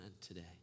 today